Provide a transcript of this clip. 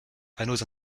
panneaux